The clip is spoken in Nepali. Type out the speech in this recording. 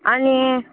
अनि